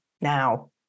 now